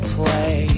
play